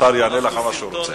השר יענה לך מה שהוא רוצה.